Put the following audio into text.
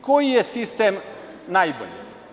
Koji je sistem najbolji?